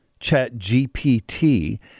ChatGPT